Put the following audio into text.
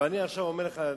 ואני אומר לך,